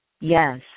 Yes